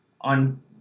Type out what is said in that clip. on